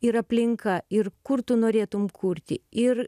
ir aplinka ir kur tu norėtum kurti ir